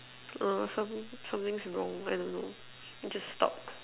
err some something's wrong I don't know just stopped